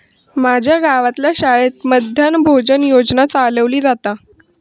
माज्या गावातल्या शाळेत मध्यान्न भोजन योजना चलवली जाता